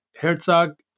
Herzog